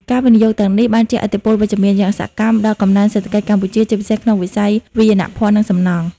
ការវិនិយោគទាំងនេះបានជះឥទ្ធិពលវិជ្ជមានយ៉ាងសកម្មដល់កំណើនសេដ្ឋកិច្ចកម្ពុជា ជាពិសេសក្នុងវិស័យ វាយនភ័ណ្ឌ និងសំណង់។